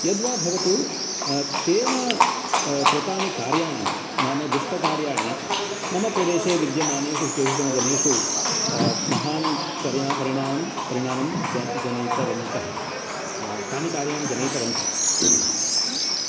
यद्वा भवतु तेन कृतानि कार्याणि नाम दुष्टकार्याणि मम प्रदेशे विद्यमानेषु केषुचन जनेषु महान् परिणामं जनयितवन्तः तानि कार्याणि जनयितवन्ति